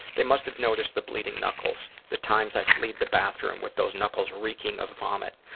they must have noticed the bleeding knuckles, the times i fled the bathroom with those knuckles reeking of vomit.